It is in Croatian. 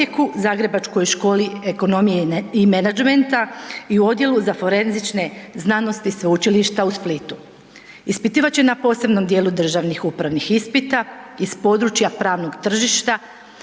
Zagrebačkoj školi ekonomije i menadžmenta i u Odjelu za forenzične znanosti Sveučilišta u Splitu. Ispitivač je na posebnom djelu državnih upravnih ispita iz područja pravnog tržišta,